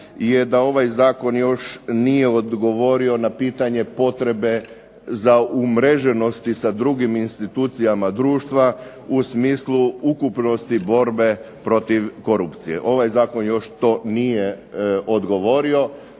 je da ovaj zakon još nije odgovorio na pitanje potrebe za umreženosti sa drugim institucijama društva u smislu ukupnosti borbe protiv korupcije. Ovaj zakon još to nije odgovorio,